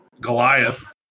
goliath